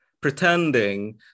pretending